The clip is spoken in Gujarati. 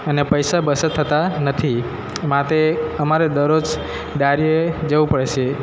અને પૈસા બચત થતા નથી માટે અમારે દરરોજ દાળીએ જવું પડે છે